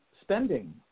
spending